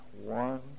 one